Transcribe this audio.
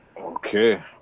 Okay